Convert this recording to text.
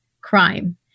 crime